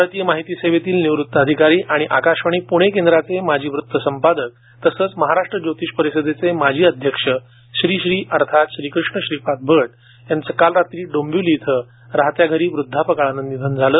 भारतीय माहिती सेवेतील निवृत्त अधिकारी आणि आकाशवाणी प्णे केंद्राचे माजी वृत्त संपादक तसंच महाराष्ट्र ज्योतिष्य परिषदेचे माजी अध्यक्ष श्री श्री अर्थात् श्रीकृष्ण श्रीपाद भट यांचं काल रात्री डोबिंवली इथं राहत्या घरी वृद्धापकाळानं निधन झालं